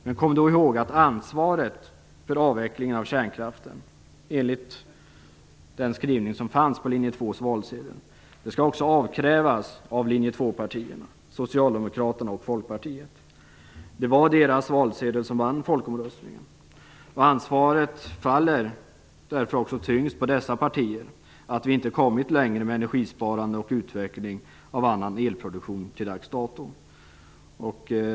Men kom då ihåg att ansvaret för avvecklingen av kärnkraften enligt den skrivning som fanns på Linje 2:s valsedel också skall avkrävas Linje 2-partierna - Socialdemokraterna och Folkpartiet. Det var deras valsedel som vann folkomröstningen, och ansvaret faller därför också tyngst på dessa partier för att vi till dags dato inte kommit längre med energisparande och utveckling av annan elproduktion.